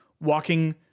walking